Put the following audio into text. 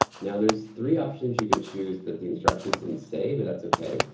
now there's three options you can choose that the instructions didn't say, but that's okay.